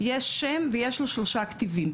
יש שם ויש לו שלושה כתיבים.